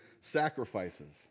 sacrifices